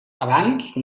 abans